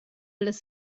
las